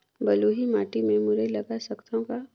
बलुही माटी मे मुरई लगा सकथव का?